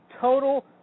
total